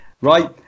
Right